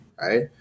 right